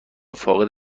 فاقد